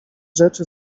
rzeczy